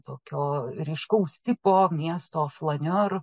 tokio ryškaus tipo miesto flanior